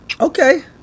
Okay